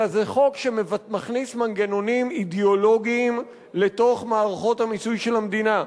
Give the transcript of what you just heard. אלא זה חוק שמכניס מנגנונים אידיאולוגיים לתוך מערכות המיסוי של המדינה.